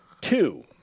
Two